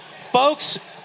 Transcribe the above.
Folks